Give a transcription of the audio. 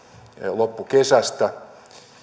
loppukesästä